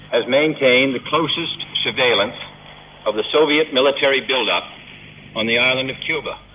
has maintained the closest surveillance of the soviet military build-up on the island of cuba.